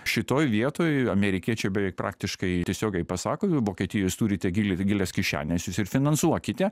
šitoj vietoj amerikiečiai beveik praktiškai tiesiogiai pasako vokietija jūs turite gil gilias kišenes jūs ir finansuokite